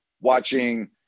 watching